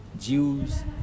Jews